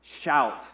shout